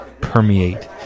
permeate